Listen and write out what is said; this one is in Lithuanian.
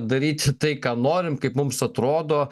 daryti tai ką norim kaip mums atrodo